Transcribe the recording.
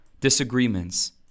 disagreements